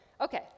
Okay